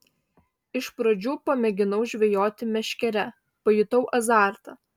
iš pradžių pamėginau žvejoti meškere pajutau azartą